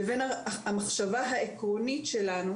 לבין המחשבה העקרונית שלנו